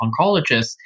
oncologists